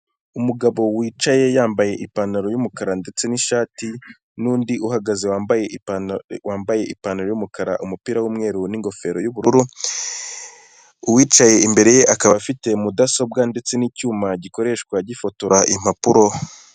Umugabo wicaye yambaye ipantaro y'umukara ndetse n'ishati, n'undi uhagaze wambaye ipantaro y'umukara, umupira w'umweru, n'ingofero y'ubururu, uwicaye imbere akaba afite mudasobwa ndetse n'icyuma gikoreshwa gifotora impapuro.